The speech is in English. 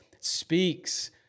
speaks